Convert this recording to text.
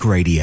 Radio